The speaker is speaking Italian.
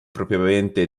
propriamente